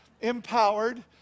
Empowered